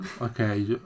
Okay